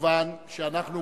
תחליט מה שאתה מחליט.